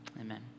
Amen